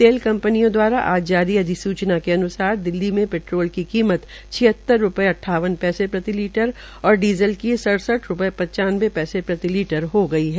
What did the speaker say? तेल कंपनियों दवारा जारी अधिसुचना के अनुसार दिल्ली में पेट्रोल की कीमत छियत्तर आज रूपये अद्वावन पैसे प्रति लीटर ओर डीज़ल की सड़सठ रूपये पचानवें पैसे प्रति लीटर हो गई है